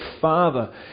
father